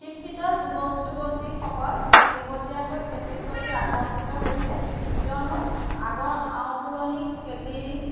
শিক্ষিত যুৱক যুৱতীসকল শেহতীয়াকৈ খেতিৰ প্ৰতি আকৰ্ষিত হৈছে কিয়নো আগৰ আও পুৰণি খেতিৰ